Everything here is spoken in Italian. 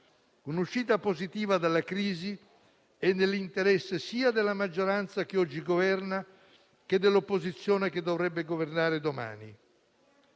Un'uscita positiva dalla crisi è quindi nell'interesse, sia della maggioranza che oggi governa, che dell'opposizione che potrebbe governare domani.